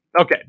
Okay